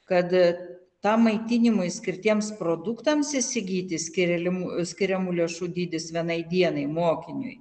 kad tą maitinimui skirtiems produktams įsigyti skirilimų skiriamų lėšų dydis vienai dienai mokiniui